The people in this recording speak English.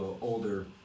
older